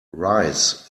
rice